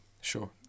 Sure